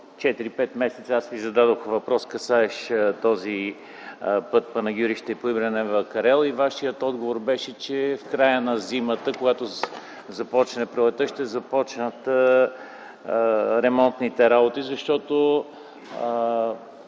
Вашият отговор беше, че в края на зимата, когато започне пролетта, ще започнат ремонтните работи.